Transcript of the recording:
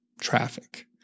traffic